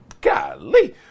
Golly